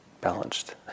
balanced